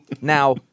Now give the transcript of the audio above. Now